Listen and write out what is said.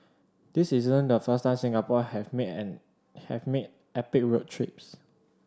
this isn't the first time Singaporean have made have made epic road trips